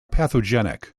pathogenic